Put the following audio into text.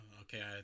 okay